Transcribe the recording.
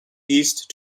east